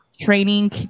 training